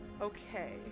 okay